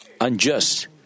unjust